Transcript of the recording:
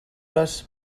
les